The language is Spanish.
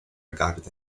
garden